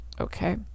okay